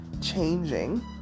changing